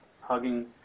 hugging